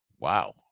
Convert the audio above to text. wow